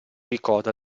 ricorda